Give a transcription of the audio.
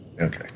Okay